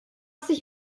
sich